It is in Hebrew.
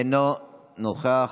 אינו נוכח,